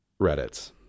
Reddit